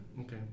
Okay